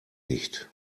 nicht